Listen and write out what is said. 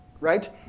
right